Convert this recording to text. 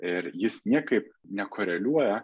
ir jis niekaip nekoreliuoja